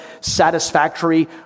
satisfactory